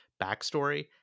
backstory